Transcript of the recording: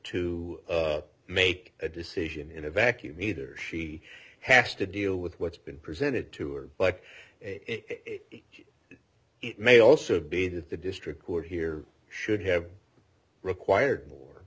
to make a decision in a vacuum either she has to deal with what's been presented to her but it may also be that the district court here should have required mor